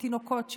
התינוקות שלו,